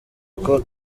uko